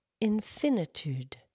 Infinitude